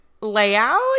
layout